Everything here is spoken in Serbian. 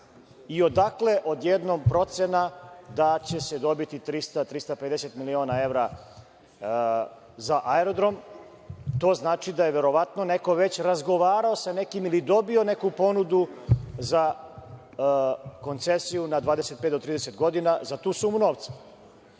Odakle odjednom procena da će se dobiti 300, 350 miliona evra za aerodrom? To znači da je verovatno neko već razgovarao sa nekim ili dobio neku ponudu za koncesiju na 25 do 30 godina za tu sumu novca. Ako